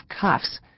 cuffs